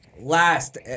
last